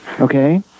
okay